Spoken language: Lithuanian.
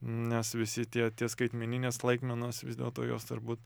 nes visi tie tie skaitmeninės laikmenos vis dėlto jos turbūt